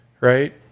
right